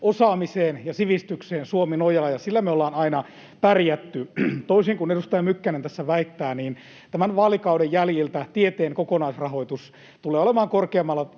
osaamiseen ja sivistykseen Suomi nojaa, ja sillä me ollaan aina pärjätty. Toisin kuin edustaja Mykkänen tässä väittää, tämän vaalikauden jäljiltä tieteen kokonaisrahoitus tulee olemaan korkeammalla